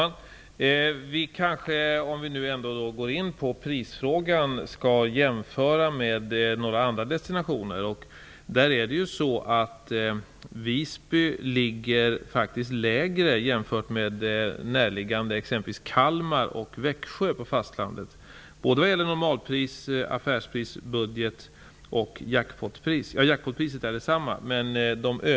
Herr talman! Om vi nu ändå skall gå in på prisfrågan kanske vi skall jämföra med några andra destinationer. Visby ligger faktist lägre jämfört med närliggande orter, exempelvis Kalmar och Växjö på fastlandet. Det gäller såväl normalpris som affärspris och budgetpris. Jackpotpriset är detsamma.